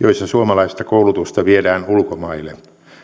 joissa suomalaista koulutusta viedään ulkomaille